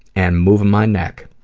and moving my neck.